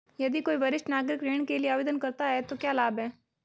यदि कोई वरिष्ठ नागरिक ऋण के लिए आवेदन करता है तो क्या लाभ हैं?